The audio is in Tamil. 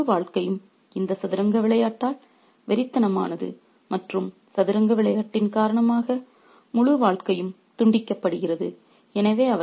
அவர்களின் முழு வாழ்க்கையும் இந்த சதுரங்க விளையாட்டால் வெறித்தனமானது மற்றும் சதுரங்க விளையாட்டின் காரணமாக முழு வாழ்க்கையும் துண்டிக்கப்படுகிறது